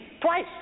Twice